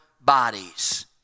bodies